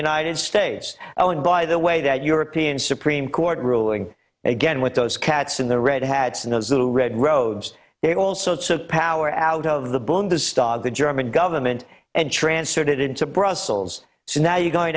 united states oh and by the way that european supreme court ruling again with those cats in the red hats and those little red roads they also took power out of the boom to stop the german government and transport it in to brussels so now you're going